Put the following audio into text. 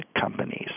companies